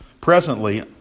presently